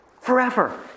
Forever